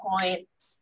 points